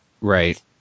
Right